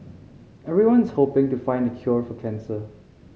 everyone's hoping to find the cure for cancer